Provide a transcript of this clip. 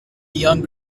young